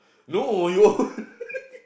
no